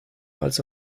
als